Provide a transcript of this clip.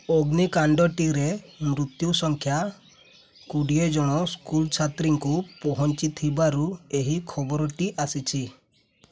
ଅଗ୍ନିକାଣ୍ଡଟିରେ ମୃତ୍ୟୁ ସଂଖ୍ୟା କୁଡ଼ିଏ ଜଣ ସ୍କୁଲ୍ ଛାତ୍ରୀଙ୍କୁ ପହଞ୍ଚିଥିବାରୁ ଏହି ଖବରଟି ଆସିଛି